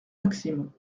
maxime